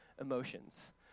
emotions